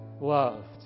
loved